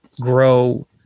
grow